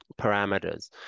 parameters